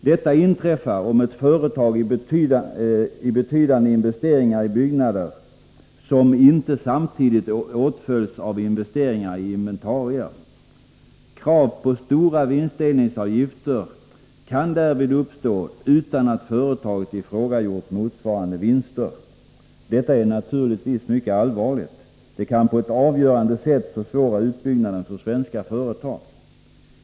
Detta inträffar om ett företag gjort betydande investeringar i byggnader som inte samtidigt åtföljs av investeringar i inventarier. Krav på stora vinstdelningsavgifter kan därvid uppstå utan att företaget i fråga gjort motsvarande vinster. Detta är naturligtvis mycket allvarligt. Det kan på ett avgörande sätt försvåra utbyggnaden för svenska företag.